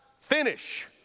finish